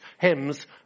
hymns